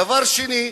דבר שני,